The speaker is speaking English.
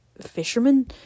fisherman